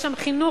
יש שם חינוך,